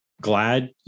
Glad